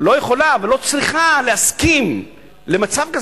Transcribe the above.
לא יכולה ולא צריכה להסכים למצב כזה.